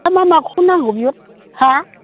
हा मा माखौ नांगौ बिहर हा